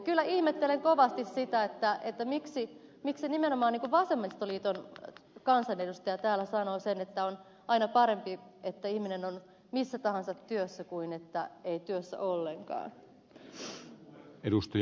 kyllä ihmettelen kovasti sitä miksi nimenomaan vasemmistoliiton kansanedustaja täällä sanoo sen että on aina parempi että ihminen on missä tahansa työssä kuin että ei työssä ollenkaan